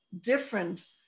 different